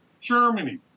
Germany